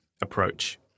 approach